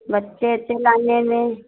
बच्चे उच्चे लाने में